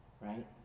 right